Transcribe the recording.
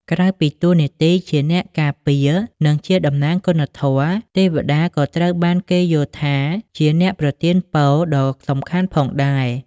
ក្រៅពីតួនាទីជាអ្នកការពារ និងជាតំណាងគុណធម៌ ទេវតាក៏ត្រូវបានគេយល់ថាជា អ្នកប្រទានពរ ដ៏សំខាន់ផងដែរ។